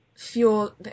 Fuel